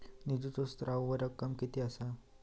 निधीचो स्त्रोत व रक्कम कीती असा?